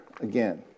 again